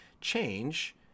change